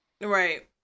right